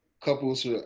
couples